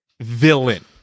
villain